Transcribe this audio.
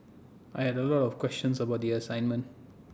I had A lot of questions about the assignment